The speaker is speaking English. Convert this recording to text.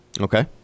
Okay